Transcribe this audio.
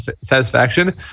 satisfaction